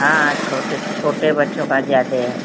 हाँ छोटे छोटे बच्चों का ज़्यादा है